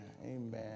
Amen